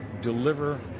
deliver